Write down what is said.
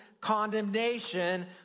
condemnation